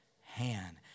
hand